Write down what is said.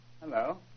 Hello